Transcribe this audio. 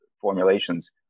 formulations